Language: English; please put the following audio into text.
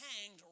hanged